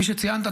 כפי שציינת,